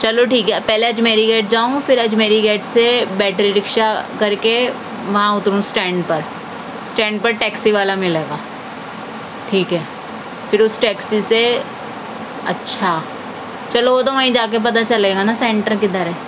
چلو ٹھیک ہے پہلے اجمیری گیٹ جاؤں پھر اجمیری گیٹ سے بیٹری رِکشہ کرکے وہاں اتروں اسٹینڈ پر اسٹینڈ پر ٹیکسی والا مِلے گا ٹھیک ہے پھر اُس ٹیکسی سے اچھا چلو وہ تو وہیں جا کے پتہ چلے گا نا سینٹر کدھر ہے